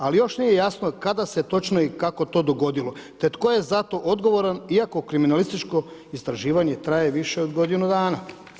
Ali još nije jasno kada se točno i kako to dogodilo, te tko je za to odgovoran iako kriminalističko istraživanje traje više od godinu dana.